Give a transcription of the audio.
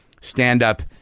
stand-up